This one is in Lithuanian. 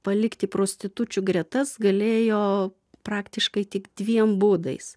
palikti prostitučių gretas galėjo praktiškai tik dviem būdais